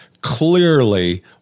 clearly